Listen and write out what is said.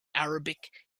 arabic